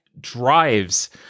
drives